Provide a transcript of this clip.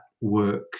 work